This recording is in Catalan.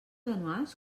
anuals